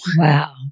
wow